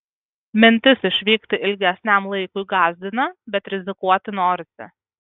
mintis išvykti ilgesniam laikui gąsdina bet rizikuoti norisi